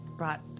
brought